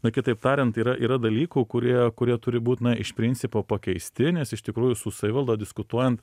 na kitaip tariant yra yra dalykų kurie kurie turi būt na iš principo pakeisti nes iš tikrųjų su savivalda diskutuojant